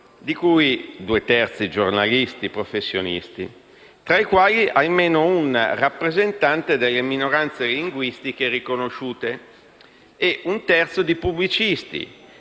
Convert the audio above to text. di cui due terzi giornalisti professionisti, tra i quali almeno un rappresentante delle minoranze linguistiche riconosciute, e un terzo di pubblicistici,